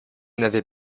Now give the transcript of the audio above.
n’avez